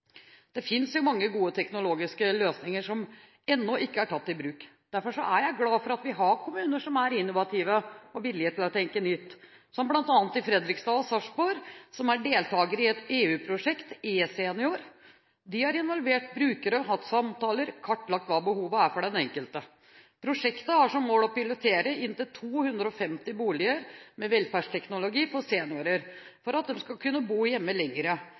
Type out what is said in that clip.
Det fins mange gode teknologiske løsninger som ennå ikke er tatt i bruk. Derfor er jeg glad for at vi har kommuner som er innovative og villige til å tenke nytt, som bl.a. Fredrikstad og Sarpsborg, som er deltakere i EU-prosjektet eSenior. De har involvert brukerne, hatt samtaler og kartlagt hva behovet er for den enkelte. Prosjektet har som mål å pilotere inntil 250 boliger med velferdsteknologi for seniorer, slik at de kan bo lenger hjemme